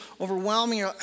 overwhelming